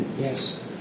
Yes